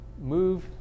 move